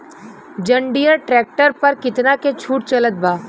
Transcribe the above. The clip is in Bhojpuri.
जंडियर ट्रैक्टर पर कितना के छूट चलत बा?